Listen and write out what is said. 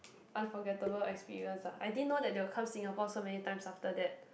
unforgettable experience ah I didn't know they will come Singapore so many times after that